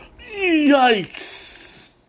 Yikes